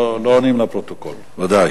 לא עונים לפרוטוקול, ודאי.